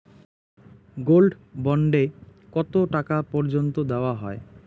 Gold bond এ কতো টাকা পর্যন্ত দেওয়া হয়?